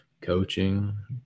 coaching